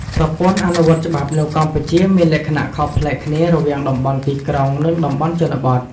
ប្រព័ន្ធអនុវត្តច្បាប់នៅកម្ពុជាមានលក្ខណៈខុសប្លែកគ្នារវាងតំបន់ទីក្រុង និងតំបន់ជនបទ។